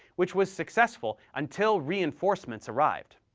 which was successful until reinforcements arrived.